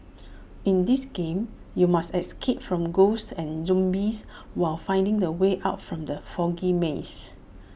in this game you must escape from ghosts and zombies while finding the way out from the foggy maze